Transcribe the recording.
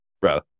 bro